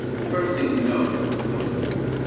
the first thing to note is no cables.